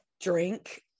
drink